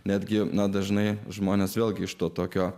netgi na dažnai žmonės vėlgi iš to tokio